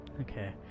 Okay